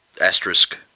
asterisk